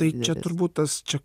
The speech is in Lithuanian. tai čia turbūt tas čia